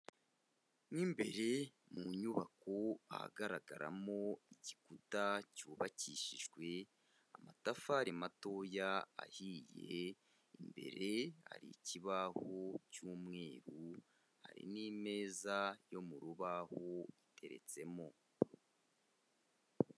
Mo imbere mu nyubako, ahagaragaramo igikuta cyubakishijwe amatafari matoya ahiye, imbere hari ikibaho cy'umweruru, hari n'imeza yo mu rubaho iteretsemo.